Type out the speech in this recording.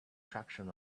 traction